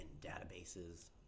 databases